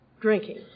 drinking